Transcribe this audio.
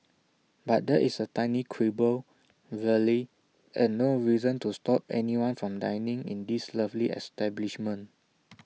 but that is A tiny quibble really and no reason to stop anyone from dining in this lovely establishment